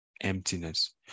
emptiness